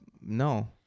no